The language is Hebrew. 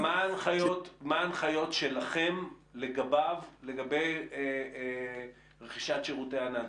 ומה ההנחיות שלכם לגביו, לגבי רכישת שירותי הענן?